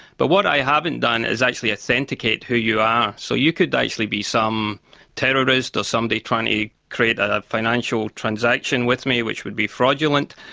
but what i haven't done is actually authenticate who you are. so you could actually be some terrorist or somebody trying to create a financial transaction with me which would be fraudulent,